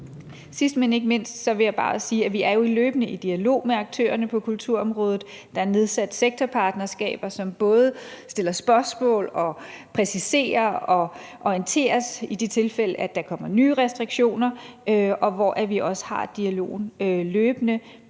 Sidst, men ikke mindst vil jeg bare sige, at vi jo er i løbende dialog med aktørerne på kulturområdet. Der er nedsat sektorpartnerskaber, som både stiller spørgsmål, præciserer og orienterer os i det tilfælde, at der kommer nye restriktioner, og hvor vi også har dialogen løbende.